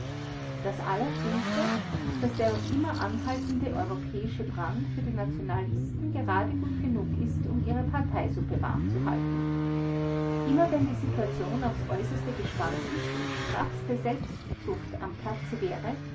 das allerschlimmste daß der noch immer anhaltende europäische brand für die nationalisten gerade gut genug ist um ihre parteisuppe warm zu halten immer wenn die situation aufs äußerste gespannt ist und straffste selbstzucht am platze wäre